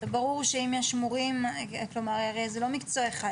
וברור שאם יש מורים, כלומר, זה לא מקצוע אחד.